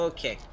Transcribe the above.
Okay